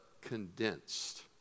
condensed